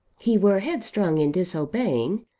he were headstrong in disobeying,